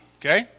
okay